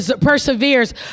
perseveres